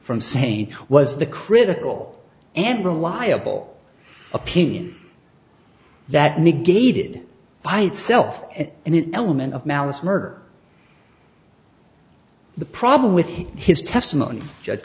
from st was the critical and reliable opinion that negated by itself and it element of malice murder the problem with his testimony ju